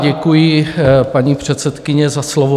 Děkuji, paní předsedkyně, za slovo.